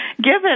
given